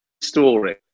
story